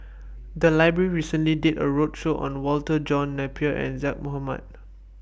The Library recently did A roadshow on Walter John Napier and Zaqy Mohamad